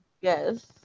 Yes